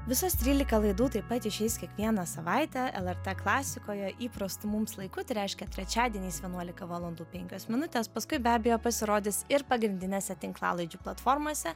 visos trylika laidų taip pat išeis kiekvieną savaitę lrt klasikoje įprastu mums laiku tai reiškia trečiadieniais vienuolika valandų penkios minutės paskui be abejo pasirodys ir pagrindinėse tinklalaidžių platformose